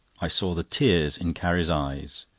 i saw the tears in carrie's eyes,